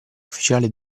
ufficiale